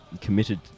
committed